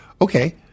Okay